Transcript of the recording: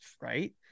right